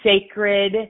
sacred